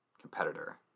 competitor